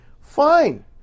Fine